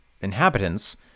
inhabitants